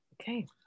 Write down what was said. Okay